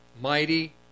mighty